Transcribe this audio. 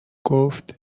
گفت